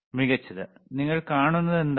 മികച്ചത് നിങ്ങൾ കാണുന്നതെന്താണ്